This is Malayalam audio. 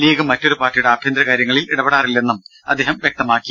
ലീഗ് മറ്റൊരു പാർട്ടിയുടെ ആഭ്യന്തര കാര്യങ്ങളിൽ ഇടപെടാറില്ലെന്നും അദ്ദേഹം വ്യക്തമാക്കി